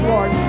Lord